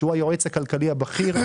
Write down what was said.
שהוא היועץ הכלכלי הבכיר,